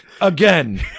Again